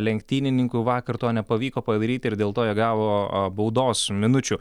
lenktynininkų vakar to nepavyko padaryti ir dėl to jie gavo baudos minučių